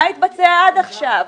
מה התבצע עד עכשיו?